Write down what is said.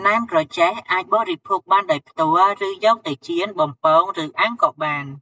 ណែមក្រចេះអាចបរិភោគបានដោយផ្ទាល់ឬយកទៅចៀន បំពង ឬអាំងក៏បាន។